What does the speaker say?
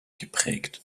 geprägt